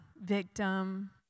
victim